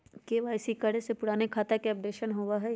KYC करें से पुराने खाता के अपडेशन होवेई?